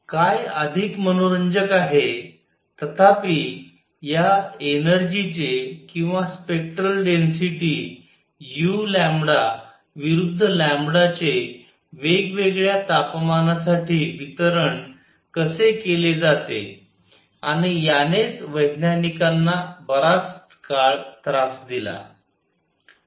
काय अधिक मनोरंजक आहे तथापि या एनर्जी चे किंवा स्पेक्टरल डेन्सिटी uविरूद्ध चे वेगवेगळ्या तापमानासाठी वितरण कसे केले जाते आणि यानेच वैज्ञानिकांनी बराच काळ त्रास दिला